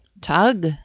Tug